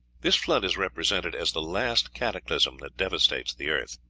this flood is represented as the last cataclysm that devastates the earth.